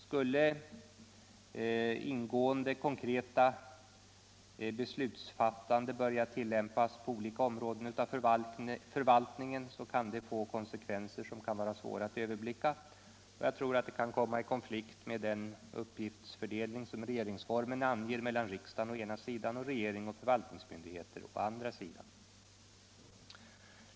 Skulle ingående konkreta beslutsfattanden börja tillämpas på olika områden av förvaltningen, kan det få konsekvenser som blir svåra att överblicka, och jag tror att de kan komma i konflikt med den uppgiftsfördelhing som regeringsformen anger mellan riksdagen å ena sidan och regering och förvaltningsmyndigheter å andra sidan.